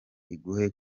iguhe